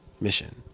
Mission